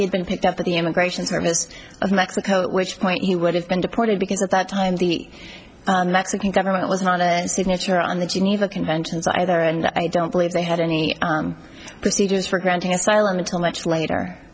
year's been picked up at the immigration service of mexico at which point he would have been deported because at that time the mexican government was not a signature on the geneva conventions either and i don't believe they had any procedures for granting asylum until much later